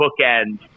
bookends